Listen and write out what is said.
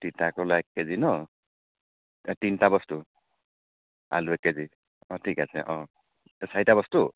তিতা কেৰেলা এক কেজি ন' এই তিনিটা বস্তু আলু এক কেজি অ ঠিক আছে অ এই চাৰিটা বস্তু